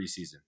preseason